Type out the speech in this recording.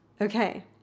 Okay